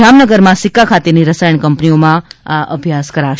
જામનગરમાં સિક્કા ખાતેની રસાયણ કંપનીઓમાં આ અભ્યાસ કરાશે